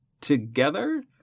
together